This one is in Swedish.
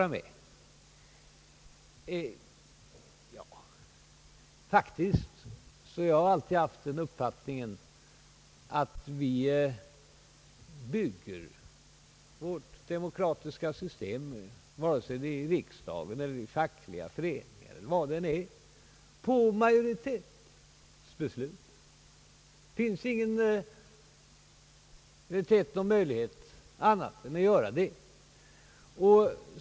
Jag har faktiskt alltid haft den uppfattningen att vi bygger vårt demokra tiska system — vare sig det är i riksdagen eller i fackliga föreningar eller var det än är — på majoritetsbeslut. Det finns ingen annan möjlighet.